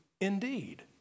indeed